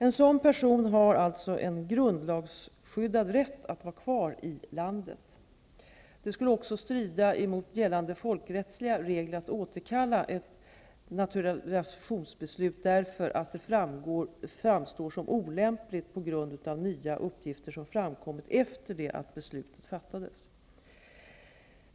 En sådan person har alltså en grundlagsskyddad rätt att vara kvar i landet. Det skulle också strida mot gällande folkrättsliga regler att återkalla ett naturalisationsbeslut, därför att det framstår som olämpligt på grund av nya uppgifter som framkommit efter det att beslutet fattades.